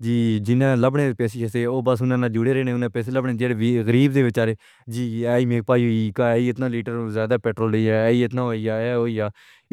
جی ناں لکھنے پے سی ہے، وہ بس انہیں نہ جھوڑے رہنے دیجئے غریب تے بچارے جی آئی ہے، بھائی اتنا لیٹر زیدہ پیٹرول ہے یا یہ اتنا ہی ہے یا وہ ہی ہے